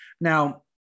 Now